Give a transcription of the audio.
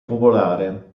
popolare